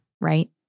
Right